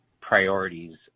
priorities